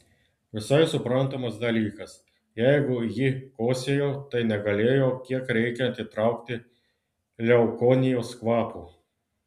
visai suprantamas dalykas jeigu ji kosėjo tai negalėjo kiek reikiant įtraukti leukonijos kvapo